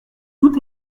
tout